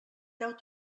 deute